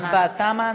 ההצבעה תמה.